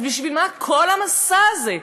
אז בשביל מה כל המסע הזה?